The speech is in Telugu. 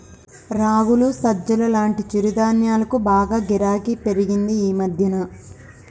రాగులు, సజ్జలు లాంటి చిరుధాన్యాలకు బాగా గిరాకీ పెరిగింది ఈ మధ్యన